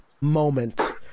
moment